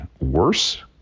worse